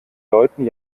leuten